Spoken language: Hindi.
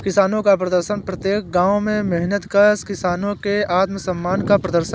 किसानों का प्रदर्शन प्रत्येक गांव के मेहनतकश किसानों के आत्मसम्मान का प्रदर्शन है